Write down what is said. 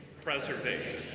preservation